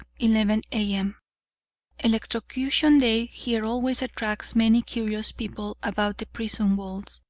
eleven a. m electrocution day here always attracts many curious people about the prison walls,